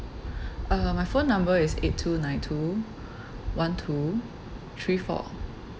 uh my phone number is eight two nine two one two three four